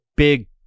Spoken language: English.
big